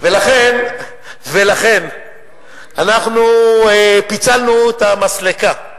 ולכן אנחנו פיצלנו את המסלקה,